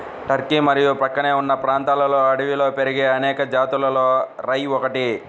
Turkey మరియు ప్రక్కనే ఉన్న ప్రాంతాలలో అడవిలో పెరిగే అనేక జాతులలో రై ఒకటి